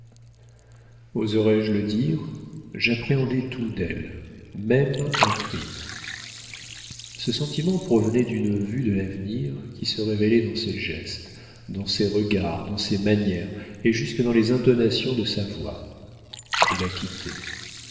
oserai-je le dire j'appréhendais tout d'elle même un crime ce sentiment provenait d'une vue de l'avenir qui se révélait dans ses gestes dans ses regards dans ses manières et jusque dans les intonations de sa voix je la quittai